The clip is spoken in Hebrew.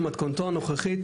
במתכונתו הנוכחית,